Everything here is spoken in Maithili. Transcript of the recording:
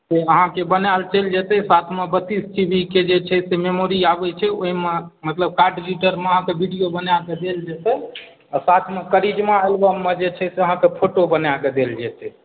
से अहाँके बनाएल चलि जेतै साथमे बत्तीस जीबीके जे छै से मेमोरी आबै छै ओहिमे मतलब कार्डरीडरमे अहाँके विडिओ बनाकऽ देल जेतै आ साथमे करिश्मा एलबममे जे छै से अहाँके फोटो बनाकऽ देल जेतै